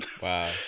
Wow